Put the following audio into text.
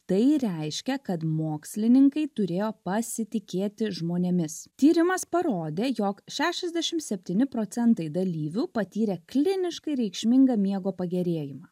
tai reiškia kad mokslininkai turėjo pasitikėti žmonėmis tyrimas parodė jog šešiasdešim septyni procentai dalyvių patyrė kliniškai reikšmingą miego pagerėjimą